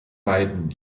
beiden